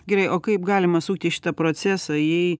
gerai o kaip galima sukti šitą procesą jei